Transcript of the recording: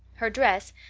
her dress,